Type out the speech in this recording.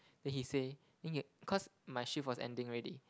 then he say cause my shift was ending already